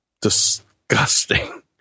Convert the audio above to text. disgusting